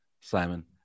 Simon